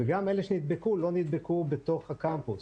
וגם אלו שנדבקו, לא נדבקו בתוך הקמפוס.